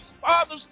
fathers